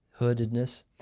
hoodedness